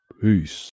Peace